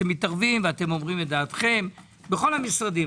ואומרים את דעתכם, בכל המשרדים.